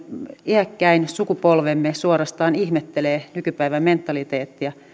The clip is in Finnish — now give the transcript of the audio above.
iäkkäin sukupolvemme suorastaan ihmettelee nykypäivän mentaliteettia